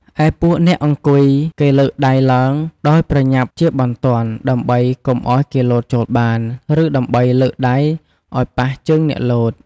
ឯពួកអ្នកអង្គុយគេលើកដៃឡើង ដោយប្រញាប់ជាបន្ទាន់ ដើម្បីកុំឲ្យគេលោតចូលបាន ឬដើម្បីលើកដៃឲ្យប៉ះជើងអ្នកលោត ។